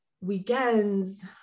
weekends